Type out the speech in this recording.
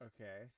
okay